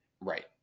Right